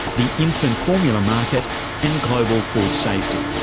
the infant formula market and global food safety.